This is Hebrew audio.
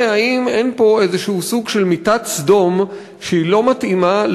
אם אין פה איזה סוג של מיטת סדום שהיא לא מתאימה,